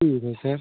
ठीक है सर